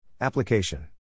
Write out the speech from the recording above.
Application